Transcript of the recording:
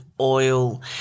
oil